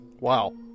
Wow